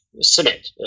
cement